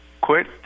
quit